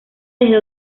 desde